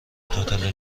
هتل